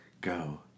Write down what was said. go